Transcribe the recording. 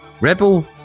Rebel